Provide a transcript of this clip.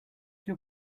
your